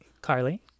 Carly